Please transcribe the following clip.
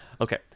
okay